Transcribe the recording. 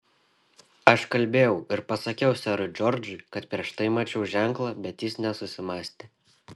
aš kalbėjau ir pasakiau serui džordžui kad prieš tai mačiau ženklą bet jis nesusimąstė